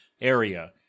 area